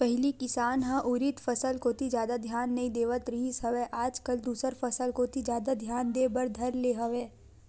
पहिली किसान ह उरिद फसल कोती जादा धियान नइ देवत रिहिस हवय आज कल दूसर फसल कोती जादा धियान देय बर धर ले हवय